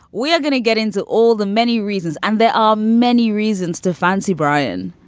we are going to get into all the many reasons and there are many reasons to fancy, brian.